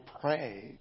pray